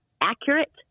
accurate